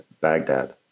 Baghdad